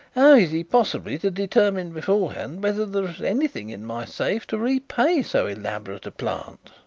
is he possibly to determine beforehand whether there is anything in my safe to repay so elaborate a plant?